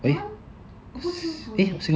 that one 我不清楚 leh